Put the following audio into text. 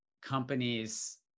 companies